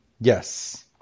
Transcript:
Yes